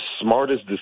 smartest